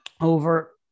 over